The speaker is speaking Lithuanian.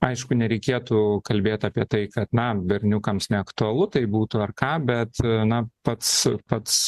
aišku nereikėtų kalbėt apie tai kad na berniukams neaktualu tai būtų ar ką bet na pats pats